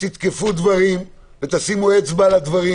שתתקפו דברים ותשימו אצבע על הדברים